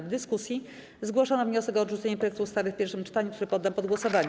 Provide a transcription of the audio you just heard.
W dyskusji zgłoszono wniosek o odrzucenie projektu ustawy w pierwszym czytaniu, który poddam pod głosowanie.